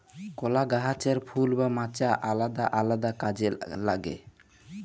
কলা গাহাচের ফুল বা মচা আলেদা আলেদা কাজে লাগে